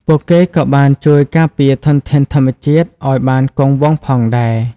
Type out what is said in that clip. ពួកគេក៏បានជួយការពារធនធានធម្មជាតិឱ្យបានគង់វង្សផងដែរ។